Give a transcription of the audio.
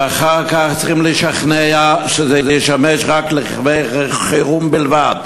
ואחר כך צריכים לשכנע שזה ישמש לרכבי חירום בלבד,